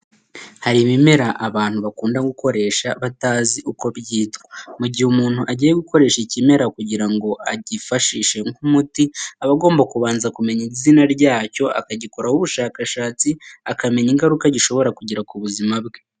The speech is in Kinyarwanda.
Hari ibimera abantu bakunda gukoresha batazi uko byitwa, mu gihe umuntu agiye gukoresha ikimera kugira ngo akifashishe nk'umuti aba agomba kubanza kumenya izina ryacyo akagikoraho ubushakashatsi akamenya ingaruka gishobora kugira ku buzima bwe.